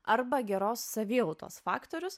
arba geros savijautos faktorius